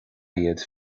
iad